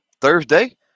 Thursday